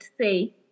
say